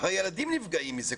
הרי ילדים נפגעים מזה.